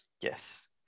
Yes